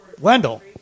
Wendell